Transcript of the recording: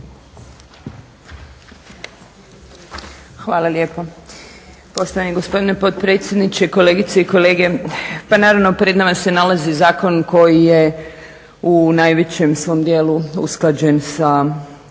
Hvala lijepo. Poštovani gospodine potpredsjedniče, kolegice i kolege. Pa naravno pred nama se nalazi zakon koji je u najvećem svom dijelu usklađen sa